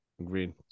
Agreed